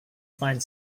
find